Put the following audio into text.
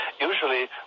usually